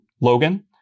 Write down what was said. logan